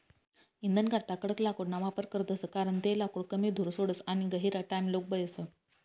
इंधनकरता कडक लाकूडना वापर करतस कारण ते लाकूड कमी धूर सोडस आणि गहिरा टाइमलोग बयस